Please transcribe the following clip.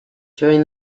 during